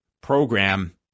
program